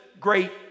great